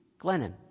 Glennon